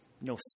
no